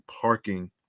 parking